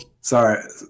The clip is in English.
sorry